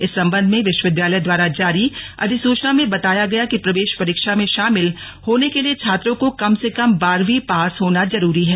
इस संबंध में विश्व विद्यालय द्वारा जारी अधिसूचना में बताया गया कि प्रवेश परीक्षा में शामिल होने के लिए छात्रों को कम से कम बारहवीं पास होना जरूरी है